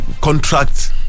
contract